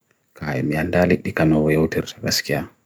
Kaŋngu’en hulaandi ɗuum ndiyam e ɗuum maaɓe no wi’i laldugi ɗan.